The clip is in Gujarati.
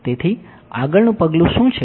તેથી આગળનું પગલું શું છે